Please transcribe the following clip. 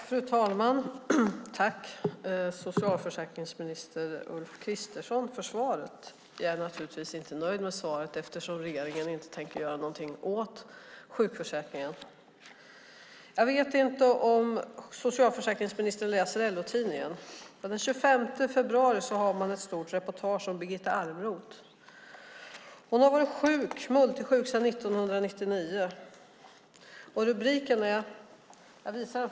Fru talman! Jag tackar socialförsäkringsminister Ulf Kristersson för svaret. Jag är naturligtvis inte nöjd med det eftersom regeringen inte tänker göra någonting åt sjukförsäkringen. Jag vet inte om socialförsäkringsministern läser LO-tidningen. Den 25 februari hade den ett stort reportage om Birgitta Almroth. Hon har varit multisjuk sedan 1999. Jag visar rubriken för ministern här.